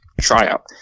tryout